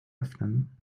öffnen